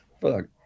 Fuck